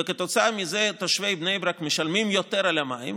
וכתוצאה מזה תושבי בני ברק משלמים יותר על המים,